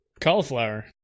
cauliflower